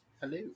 Hello